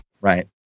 Right